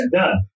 done